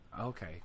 Okay